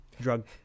drug